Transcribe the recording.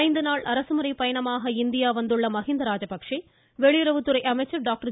ஐந்து நாள் அரசுமுறைப் பயணமாக இந்தியா வந்துள்ள மகீந்த ராஜபக்ஷே வெளியுறவு அமைச்சர் டாக்டர்